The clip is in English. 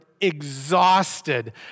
exhausted